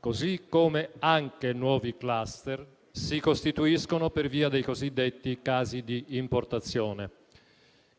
così come anche nuovi *cluster* si costituiscono per via dei cosiddetti casi di importazione,